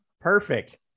Perfect